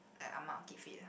like ah ma keep fit ah